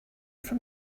from